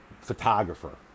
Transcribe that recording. photographer